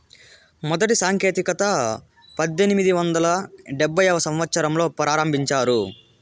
మొదటి సాంకేతికత పద్దెనిమిది వందల డెబ్భైవ సంవచ్చరంలో ప్రారంభించారు